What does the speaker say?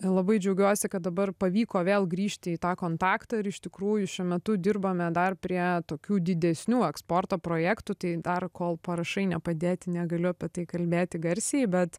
labai džiaugiuosi kad dabar pavyko vėl grįžti į tą kontaktą ir iš tikrųjų šiuo metu dirbame dar prie tokių didesnių eksporto projektų tai dar kol parašai nepadėti negaliu apie tai kalbėti garsiai bet